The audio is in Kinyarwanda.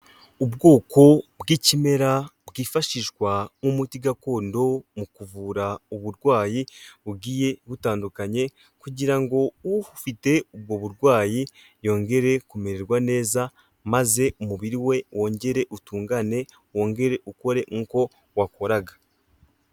Ubwoko bw'ikimera bwifashishwa nk'umuti gakondo mu kuvura uburwayi bugiye butandukanye kugira ngo ufite ubwo burwayi yongere kumererwa neza maze umubiri we wongere utungane, wongere ukore nk'uko wakoraga.